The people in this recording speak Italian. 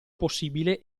possibile